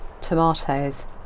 tomatoes